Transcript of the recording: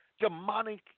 Demonic